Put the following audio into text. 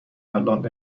الان